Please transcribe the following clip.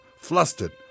flustered